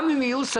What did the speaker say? תביאו את זה